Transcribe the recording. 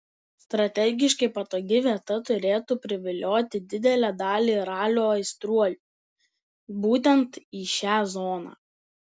strategiškai patogi vieta turėtų privilioti didelę dalį ralio aistruolių būtent į šią zoną